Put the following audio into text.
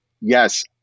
Yes